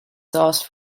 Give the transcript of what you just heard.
sauce